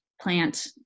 plant